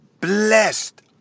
blessed